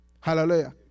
Hallelujah